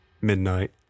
midnight